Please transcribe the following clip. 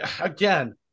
again